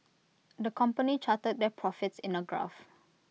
the company charted their profits in A graph